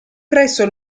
presso